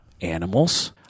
animals